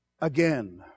again